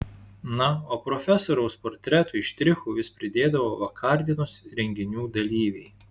na o profesoriaus portretui štrichų vis pridėdavo vakardienos renginių dalyviai